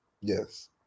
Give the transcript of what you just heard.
Yes